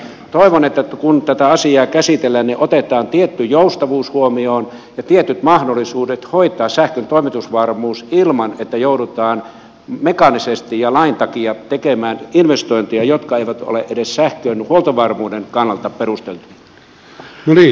toivon että kun tätä asiaa käsitellään niin otetaan tietty joustavuus huomioon ja tietyt mahdollisuudet hoitaa sähkön toimitusvarmuus ilman että joudutaan mekaanisesti ja lain takia tekemään investointeja jotka eivät ole edes sähkön huoltovarmuuden kannalta perusteltuja